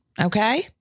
Okay